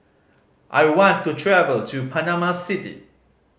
I want to travel to Panama City